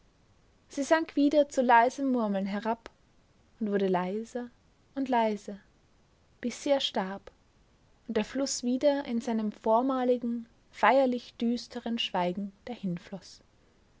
sie sank wieder zu leisem murmeln herab und wurde leiser und leiser bis sie erstarb und der fluß wieder in seinem vormaligen feierlich düsteren schweigen dahinfloß